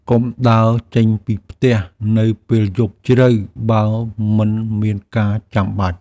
កុំដើរចេញពីផ្ទះនៅពេលយប់ជ្រៅបើមិនមានការចាំបាច់។